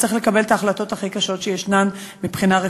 צריך לקבל את ההחלטות הכי קשות שישנן מבחינה רפואית.